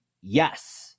Yes